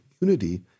unity